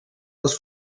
les